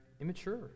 immature